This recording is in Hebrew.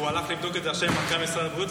והוא הולך לבדוק את זה עכשיו עם מנכ"ל משרד הבריאות,